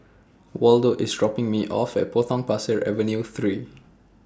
Waldo IS dropping Me off At Potong Pasir Avenue three